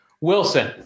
Wilson